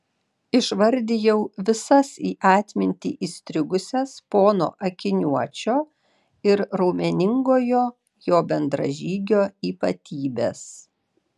išvardijau visas į atmintį įstrigusias pono akiniuočio ir raumeningojo jo bendražygio ypatybes